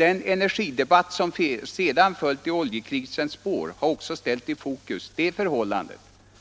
Den energidebatt som sedan följt i oljekrisens spår har också ställt i fokus det förhållandet